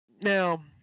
Now